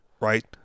right